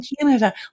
Canada